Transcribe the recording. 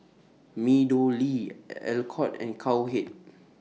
Meadowlea Alcott and Cowhead